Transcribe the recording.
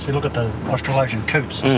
look at the australasian coots,